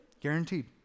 Guaranteed